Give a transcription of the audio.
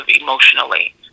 emotionally